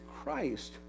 Christ